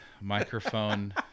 microphone